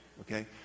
Okay